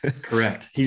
correct